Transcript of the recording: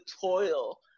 toil